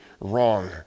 wrong